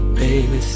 baby